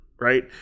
right